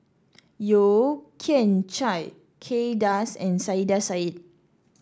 Yeo Kian Chai Kay Das and Saiedah Said